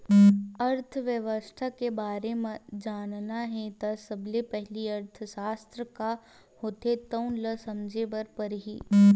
अर्थबेवस्था के बारे म जानना हे त सबले पहिली अर्थसास्त्र का होथे तउन ल समझे बर परही